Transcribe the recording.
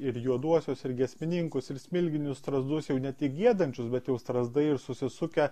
ir juoduosius ir giesmininkus ir smilginius strazdus jau ne tik giedančius bet jau strazdai ir susisukę